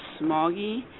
smoggy